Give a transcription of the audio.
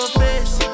face